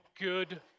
good